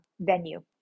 venue